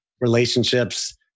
relationships